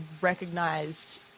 recognized